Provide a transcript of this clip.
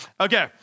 Okay